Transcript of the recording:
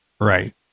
Right